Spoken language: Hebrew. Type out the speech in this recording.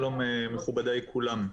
שלום מכובדיי כולם.